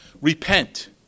Repent